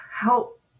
help